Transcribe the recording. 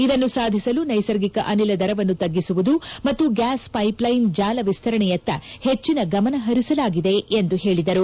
ಇದನ್ನು ಸಾಧಿಸಲು ನೈಸರ್ಗಿಕ ಅನಿಲ ದರವನ್ನು ತಗ್ಗಿಸುವುದು ಮತ್ತು ಗ್ಯಾಸ್ ಪೈಪ್ಲೈನ್ ಜಾಲ ವಿಸ್ತರಣೆಯತ್ತ ಹೆಚ್ಚಿನ ಗಮನಹರಿಸಲಾಗಿದೆ ಎಂದು ಹೇಳಿದರು